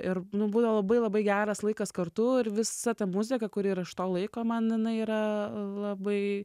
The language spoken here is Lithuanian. ir nu būdavo labai labai geras laikas kartu ir visa ta muzika kuri yra iš to laiko man jinai yra labai